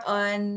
on